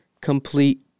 complete